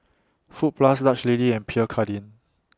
Fruit Plus Dutch Lady and Pierre Cardin